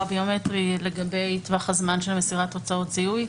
הביומטרי לגבי טווח הזמן של מסירת תוצאות זיהוי,